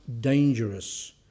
dangerous